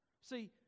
see